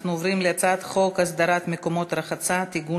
אנחנו עוברים להצעת חוק הסדרת מקומות רחצה (תיקון,